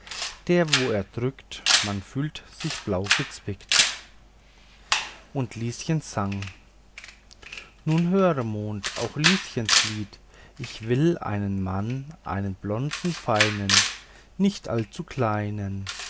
der wo er drückt man fühlt sich blau gezwickt und lieschen sang nun höre mond auch lieschens lied ich will einen mann einen blonden feinen nicht allzu kleinen